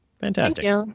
Fantastic